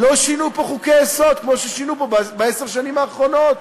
לא שינו פה חוקי-יסוד כמו ששינו פה בעשר השנים האחרונות.